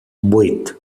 vuit